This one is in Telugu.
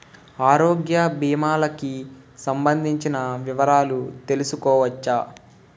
ఆరోగ్య భీమాలకి సంబందించిన వివరాలు తెలుసుకోవచ్చా?